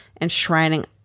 enshrining